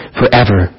forever